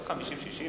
בת 60-50,